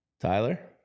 Tyler